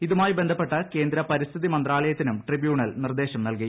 ഇതുമായി ബന്ധപ്പെട്ട് കേന്ദ്ര പരിസ്ഥിതി മന്ത്രാലയ്ക്കിനു്ം ട്രിബ്യൂണൽ നിർദ്ദേശം നൽകി